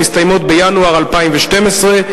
המסתיימות בינואר 2012,